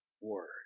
Word